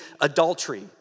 adultery